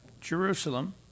Jerusalem